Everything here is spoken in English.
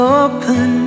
open